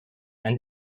and